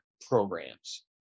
programs